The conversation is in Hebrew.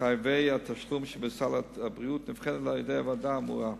חייבי התשלום שבסל הבריאות נבחנת על-ידי הוועדה האמורה.